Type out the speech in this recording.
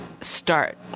start